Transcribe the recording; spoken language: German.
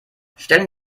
stellen